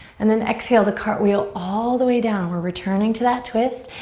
and then exhale to cartwheel all the way down. we're returning to that twist.